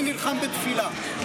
אני נלחם בתפילה.